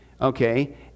okay